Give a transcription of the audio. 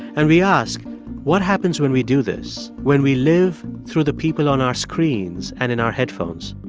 and we ask what happens when we do this, when we live through the people on our screens and in our headphones?